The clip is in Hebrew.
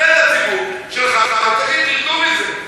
תפנה אל הציבור שלך ותגיד: תרדו מזה.